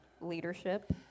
leadership